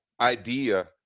idea